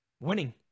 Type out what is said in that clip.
Winning